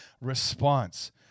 response